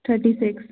thirty six